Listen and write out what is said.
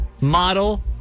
model